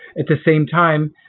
at the same time,